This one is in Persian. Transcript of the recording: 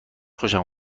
خوشم